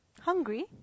hungry